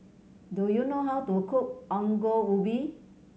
do you know how to cook Ongol Ubi